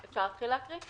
אפשר להתחיל להקריא?